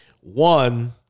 One